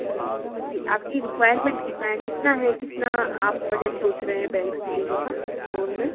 जी जी आपकी रिक्वायरमेंट कितना हैं कितना हैं कितना आप बजट सोच रहे हैं बैंक से लेने का लोन में